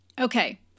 Okay